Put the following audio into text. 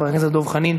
חבר הכנסת דב חנין